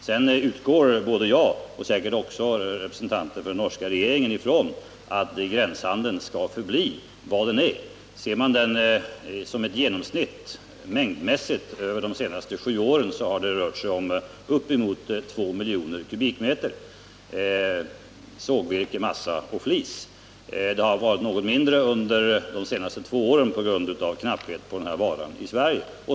Sedan utgår jag, och säkert även representanter för den norska regeringen, från att gränshandeln skall förbli vad den är. Den genomsnittliga volymen över de senaste sju åren har rört sig om uppemot 2 miljoner kubikmeter sågvirke, massa och flis. Det har varit något mindre under de senaste två åren på grund av knapphet på varan i Sverige.